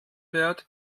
wert